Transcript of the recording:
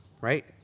Right